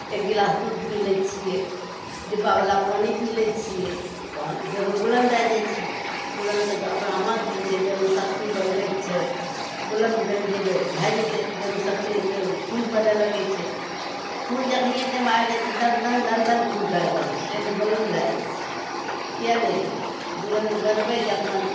एक गिलास दूध पी लै छियै डिब्बावला पानि पी लै छियै पा देहमे बुलन्द आइ जाइ छै बुलन्द तऽ अपना हाथमे छै देहमे शक्ति बनबयके छै बुलन्द बनि जेबय भए जेतय शक्ति अइतय खून बनय लगय छै खून जखनिये देहमे आइ जाइ छै दनदन दनदन खून करय लगय छै देहमे बुलन्द आइ जाइ छै किआ नहि अइतय बुलन्द बनबयके अपना